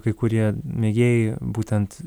kai kurie mėgėjai būtent